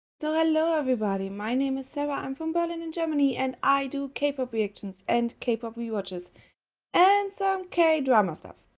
hello everybody, my name is sarah i'm from berlin in germany, and i do k pop reactions and k pop rewatches and some k drama stuff.